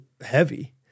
heavy